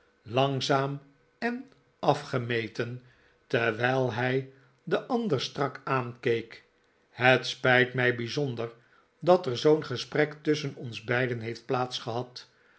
langzaam en afgemeten terwijl hij den ander strak aankeek het spijt mij bijzonder dat er zoo'n gesprek tusschen ons beiden heeft